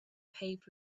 paved